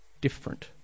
different